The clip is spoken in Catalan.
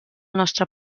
nostre